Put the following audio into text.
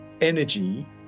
energy